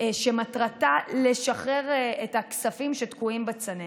שמטרתה לשחרר את הכספים שתקועים בצנרת.